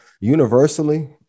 Universally